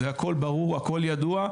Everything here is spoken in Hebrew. זה ברור וידוע.